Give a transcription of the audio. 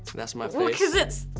that's my face. well cause it's,